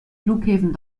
flughäfen